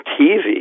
TV